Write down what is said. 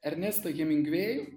ernestą hemingvėjų